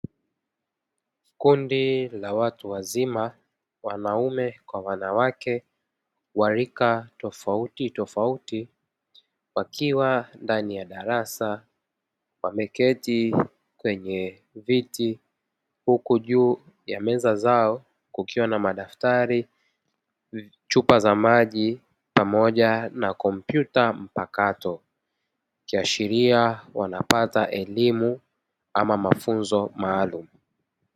Kundi la watu wazima, wanaume kwa wanawake wa rika tofautitofauti, wakiwa ndani ya darasa wameketi kwenye viti huku juu ya meza zao kukiwa na madaftari, chupa za maji pamoja na kompyuta mpakato, kiashiria wanapata elimu au mafunzo maalumu.